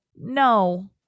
no